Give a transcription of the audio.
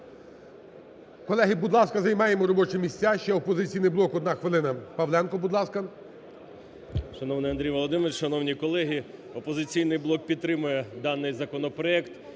Колеги, будь ласка, займаємо робочі місця, ще "Опозиційний блок" одна хвилина, Павленко, будь ласка. 10:54:15 ПАВЛЕНКО Ю.О. Шановний Андрій Володимирович! Шановні колеги! "Опозиційний блок" підтримує даний законопроект